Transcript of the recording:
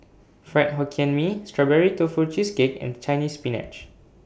Fried Hokkien Mee Strawberry Tofu Cheesecake and Chinese Spinach